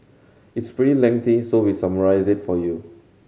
it's pretty lengthy so we summarised it for you